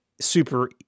super